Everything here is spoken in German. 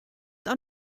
auch